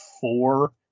four